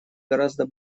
гораздо